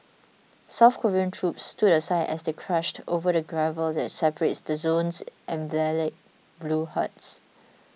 South Korean troops stood aside as they crunched over the gravel that separates the zone's emblematic blue huts